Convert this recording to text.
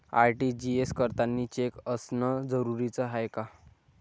RTGS करतांनी cheque असनं जरुरीच हाय का?